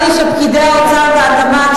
צר לי שפקידי האוצר והתמ"ת,